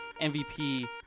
MVP